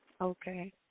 Okay